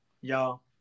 y'all